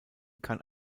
kann